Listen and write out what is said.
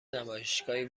نمایشگاهی